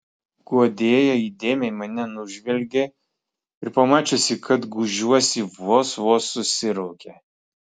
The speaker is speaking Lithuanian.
guodėja įdėmiai mane nužvelgė ir pamačiusi kad gūžiuosi vos vos susiraukė